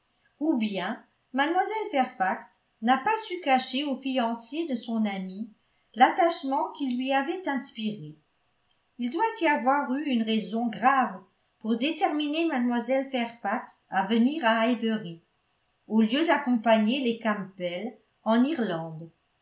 ou bien mlle fairfax n'a pas su cacher au fiancé de son amie l'attachement qu'il lui avait inspiré il doit y avoir eu une raison grave pour déterminer mlle fairfax à venir à highbury au lieu d'accompagner les campbell en irlande